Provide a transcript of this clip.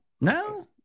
No